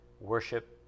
worship